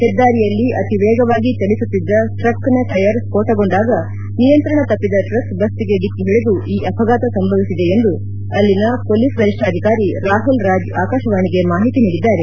ಹೆದ್ದಾರಿಯಲ್ಲಿ ಅತಿ ವೇಗವಾಗಿ ಚಲಿಸುತ್ತಿದ್ದ ಟ್ರಕ್ನ ಟಯರ್ ಸ್ಪೋಣಗೊಂಡಾಗ ನಿಯಂತ್ರಣ ತಪ್ಪಿದ ಟ್ರಕ್ ಬಸ್ಗೆ ಥಿಕ್ಕಿ ಹೊಡೆದು ಈ ಅಪಘಾತ ಸಂಭವಿಸಿದೆ ಎಂದು ಅಲ್ಲಿನ ಪೊಲೀಸ್ ವರಿಷ್ಣಾಧಿಕಾರಿ ರಾಹುಲ್ ರಾಜ್ ಆಕಾಶವಾಣಿಗೆ ಮಾಹಿತಿ ನೀಡಿದ್ದಾರೆ